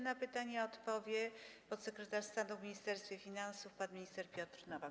Na pytania odpowie podsekretarz stanu w Ministerstwie Finansów pan minister Piotr Nowak.